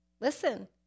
Listen